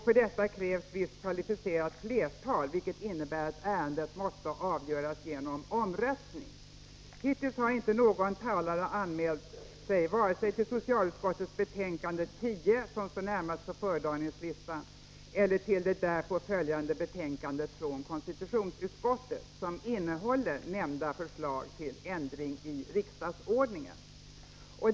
För detta krävs visst kvalificerat flertal, vilket innebär att ärendet måste avgöras genom omröstning. Hittills finns inte någon talare anmäld vare sig till socialutskottets betänkande 10, som står närmast på föredragningslistan, eller till det därpå följande betänkandet från konstitutionsutskottet, som innehåller nyssnämnda förslag till ändring i riksdagsordningen.